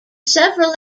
several